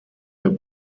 der